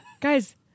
guys